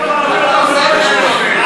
אתה עושה עניין מגרפיטי.